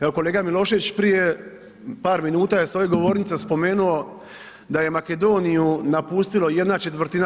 Evo kolega Milošević prije par minuta je s ove govornice spomenuo da je Makedoniju napustilo 1/